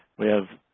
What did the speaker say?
we have